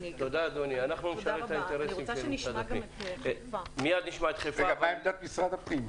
מה עמדת משרד הפנים?